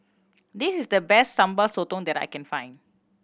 this is the best Sambal Sotong that I can find